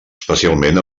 especialment